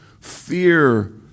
fear